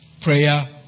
prayer